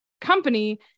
company